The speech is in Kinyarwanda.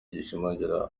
gishimangira